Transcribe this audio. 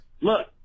look